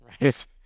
right